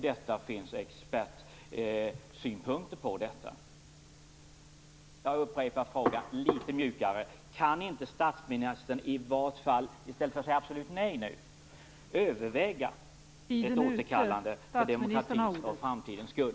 Det finns expertsynpunkter på detta. Jag upprepar frågan litet mjukare: Kan inte statsministern, i stället för att säga absolut nej, överväga ett återkallande, för demokratins och framtidens skull?